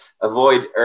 avoid